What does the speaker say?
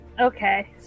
Okay